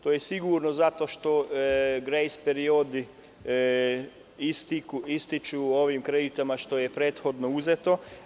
To je sigurno zato što grejs periodi ističu po ovim kreditima koji su prethodno uzeti.